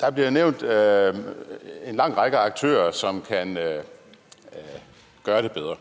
Der bliver nævnt en lang række aktører, som kunne gøre det bedre.